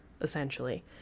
essentially